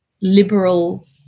liberal